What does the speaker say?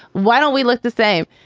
why don't we look the same?